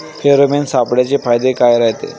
Pheromone सापळ्याचे फायदे काय रायते?